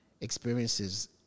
experiences